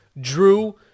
drew